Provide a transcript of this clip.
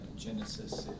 Genesis